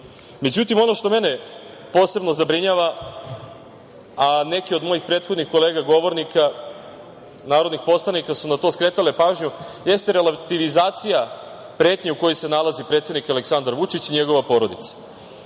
trenutku.Međutim, ono što mene posebno zabrinjava, a neke od mojih prethodnih kolega, govornika, narodnih poslanika su na to skretale pažnju, jeste relativizacija pretnji u kojoj se nalaze predsednik Aleksandar Vučić i njegova porodica